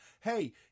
hey